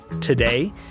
today